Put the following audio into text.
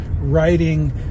Writing